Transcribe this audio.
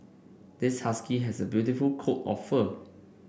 this husky has a beautiful coat of fur